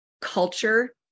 culture